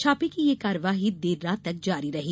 छापे की ये कार्यवाही देर रात तक जारी रही